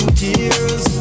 tears